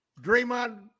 Draymond